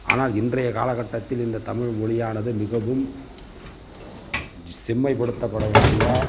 ஆனால் இன்றைய காலகட்டத்தில் இந்த தமிழ்மொழியானது மிகவும் செம்மைப்படுத்தப்பட வேண்டிய